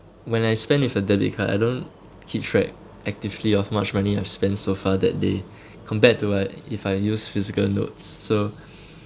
when I spend with a debit card I don't keep track actively of much money I've spent so far that they compared to like if I use physical notes so